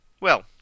Well